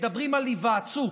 מדברים על היוועצות,